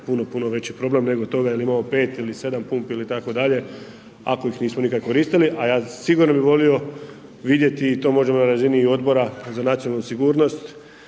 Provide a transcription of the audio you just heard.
puno veći problem nego to da li imamo 5 ili 7 pumpi ili tako dalje, ako ih nismo nikad koristili, a ja sigurno ne bih volio vidjeti, to možemo na razini i Odbora na nacionalnu sigurnost